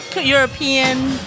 european